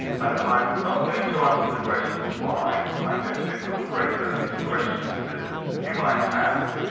and i am not going to answer the question why. i am going to incorporate that into questions that you might have.